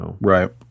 Right